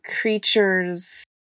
creatures